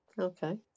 Okay